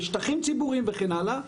בשטחים ציבוריים וכן הלאה,